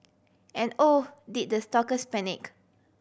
and oh did the stalkers panic